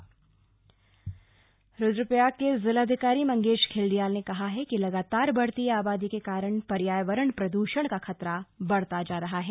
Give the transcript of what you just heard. गंगा संरक्षण बैठक रुद्रप्रयाग के जिलाधिकारी मंगेश धिल्डियाल ने कहा है कि लगातार बढ़ती आबादी के कारण पर्यावरण प्रदूषण का खतरा बढ़ता जा रहा है